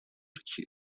کیه